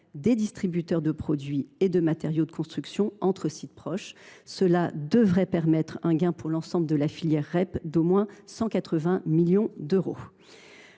des distributeurs de produits et de matériaux de construction entre sites proches. Cela devrait permettre un gain pour l’ensemble de la filière REP d’au moins 180 millions d’euros.